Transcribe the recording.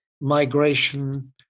migration